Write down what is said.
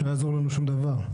לא יעזור לנו שום דבר.